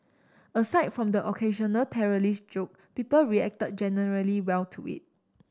aside from the occasional terrorist joke people reacted generally well to it